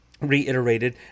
reiterated